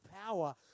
power